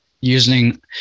using